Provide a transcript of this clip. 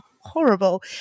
horrible